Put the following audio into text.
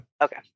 okay